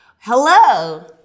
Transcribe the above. Hello